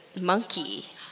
monkey